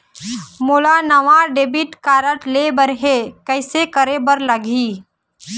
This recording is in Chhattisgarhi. मोला नावा डेबिट कारड लेबर हे, कइसे करे बर लगही?